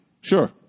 Sure